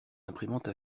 imprimante